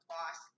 Boss